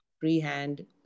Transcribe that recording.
freehand